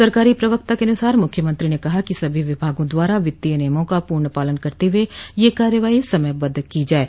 सरकारी प्रवक्ता के अनुसार मुख्यमंत्री ने कहा कि सभी विभागों द्वारा वित्तीय नियमों का पूर्ण पालन करते हुए यह कार्रवाई समयबद्ध की जाये